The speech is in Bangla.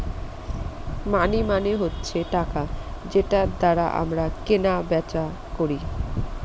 মানি মানে হচ্ছে টাকা যেটার দ্বারা আমরা কেনা বেচা করি